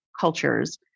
cultures